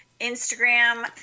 Instagram